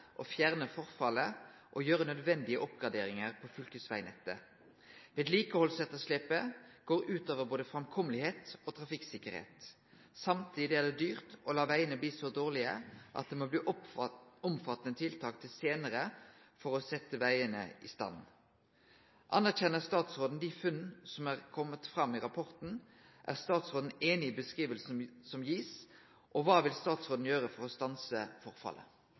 å fjerne forfallet og gjøre nødvendige oppgraderinger på fylkesvegnettet. Vedlikeholdsetterslepet går ut over både framkommelighet og trafikksikkerhet. Samtidig er det dyrt å la veiene bli så dårlige at det må omfattende tiltak til senere for å sette veiene i stand. Anerkjenner statsråden de funnene som kommer fram i rapporten, er statsråden enig i beskrivelsen som gis, og hva vil statsråden gjøre for å stanse forfallet?»